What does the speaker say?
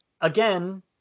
again